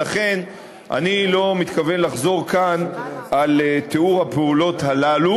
ולכן אני לא מתכוון לחזור כאן על תיאור הפעולות הללו,